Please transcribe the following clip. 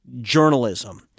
journalism